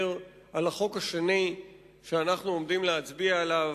על החוק השני שאנחנו עומדים להצביע עליו,